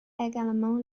également